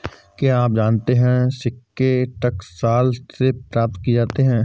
क्या आप जानते है सिक्के टकसाल से प्राप्त किए जाते हैं